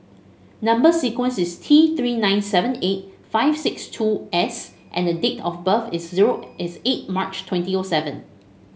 number sequence is T Three nine seven eight five six two S and date of birth is zero is eight March twenty O seven